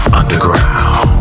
underground